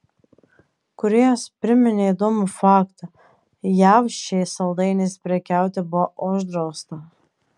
kūrėjas priminė įdomų faktą jav šiais saldainiais prekiauti buvo uždrausta